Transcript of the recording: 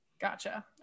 Gotcha